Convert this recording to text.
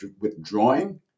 withdrawing